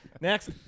Next